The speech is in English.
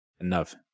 enough